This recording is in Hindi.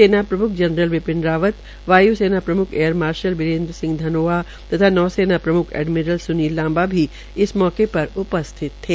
सेना प्रम्ख जनरल बिपिन रावत वाय् सेना प्रम्ख एयर मार्शल बीरेन्द्र सिंह धनोआ तथा नौसेना प्रम्ख एडमिरल सुनील लांबा भी इस अवसर पर उपस्थित थे